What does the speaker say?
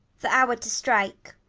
the hour to strike.